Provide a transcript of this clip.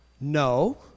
no